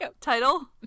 Title